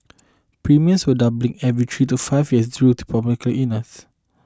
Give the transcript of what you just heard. premiums were doubling every three to five years through illnesses